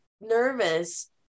nervous